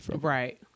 Right